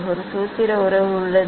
ஒரு சூத்திர உறவு உள்ளது